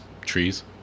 trees